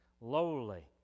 lowly